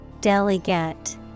delegate